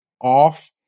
off